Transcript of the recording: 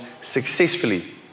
successfully